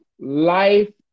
life